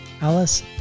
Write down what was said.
Alice